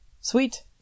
sweet